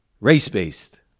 race-based